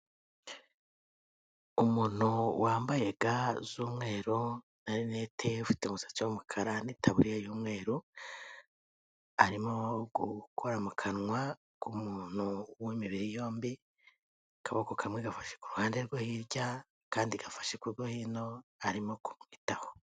Umuntu wambaye ga z'umweru na rinete ufite umusatsi w'umukara n'itaburiya y'umweru, arimo gukora mu kanwa k'umuntu w'imibiri yombi, akaboko kamwe gafashe ku ruhande rwo hirya akandi gafashe k'urwo hino, arimo kumwitaho.